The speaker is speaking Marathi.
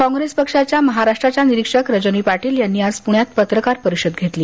काँग्रेस पक्षाच्या महाराष्ट्राच्या निरीक्षक रजनी पाटील यांनी आज पुण्यात पत्रकार परिषद घेतली